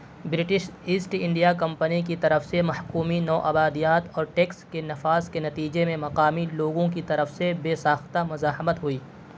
British East India Company کی طرف سے محکومی نوآبادیات اور ٹیکس کے نفاذ کے نتیجے میں مقامی لوگوں کی طرف سے بےساختہ مزاحمت ہوئی